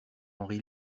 henri